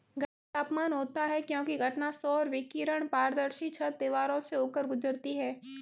गर्म तापमान होता है क्योंकि घटना सौर विकिरण पारदर्शी छत, दीवारों से होकर गुजरती है